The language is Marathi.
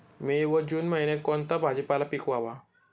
मे व जून महिन्यात कोणता भाजीपाला पिकवावा?